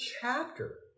chapter